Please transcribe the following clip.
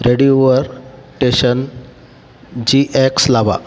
रेडिओवर टेशन जीएक्स लावा